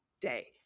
day